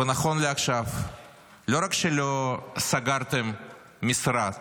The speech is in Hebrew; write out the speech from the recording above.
ונכון לעכשיו לא רק שלא סגרתם משרד